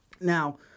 Now